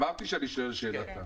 אמרתי שאני שואל שאלת תם.